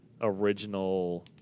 original